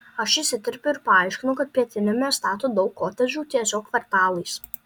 aš įsiterpiu ir paaiškinu kad pietiniame stato daug kotedžų tiesiog kvartalais